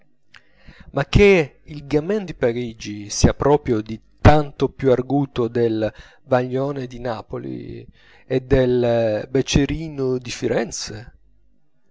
ma che il gamin di parigi sia proprio di tanto più arguto del vallione di napoli e del becerino di firenze